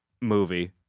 movie